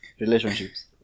Relationships